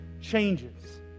changes